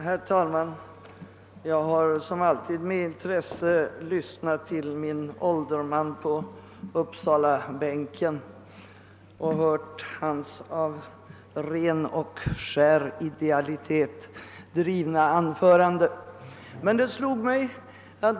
Herr talman! Jag har som alltid med intresse lyssnat till min ålderman på Uppsalabänken under hans av ren och skär idealitet burna anförande.